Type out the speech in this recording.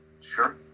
Sure